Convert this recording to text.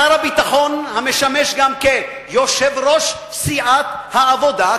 שר הביטחון המשמש גם כיושב-ראש סיעת העבודה,